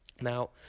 Now